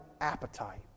appetite